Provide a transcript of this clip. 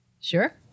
Sure